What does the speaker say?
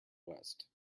west